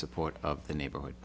support of the neighborhood